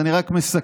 אז אני רק מסכם.